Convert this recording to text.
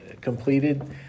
completed